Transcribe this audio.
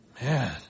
man